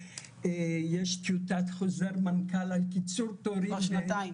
יש טיוטת חוזר מנכ"ל על קיצור תורים --- כבר שנתיים.